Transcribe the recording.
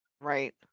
Right